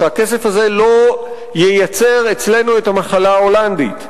כדי שהכסף הזה לא ייצר אצלנו את המחלה ההולנדית,